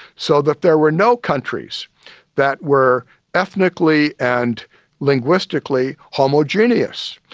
so that there were no countries that were ethnically and linguistically homogenous.